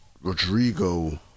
Rodrigo